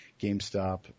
GameStop